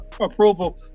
approval